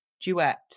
Duet